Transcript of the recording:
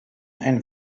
ein